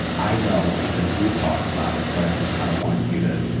i know because we've talked about it, but i just kind of want you to.